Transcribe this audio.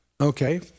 Okay